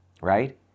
right